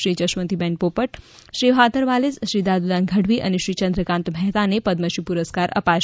Shri Jasvantiben Popat Shri father Wallace Shri Dadudan Gadhvi અનેશ્રી ચંદ્રકાન્ત મહેતાને પદમશ્રી પુરસ્કાર અપાશે